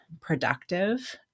productive